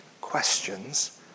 questions